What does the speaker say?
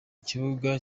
ikibuga